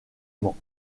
mans